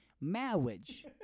marriage